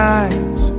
eyes